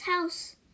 house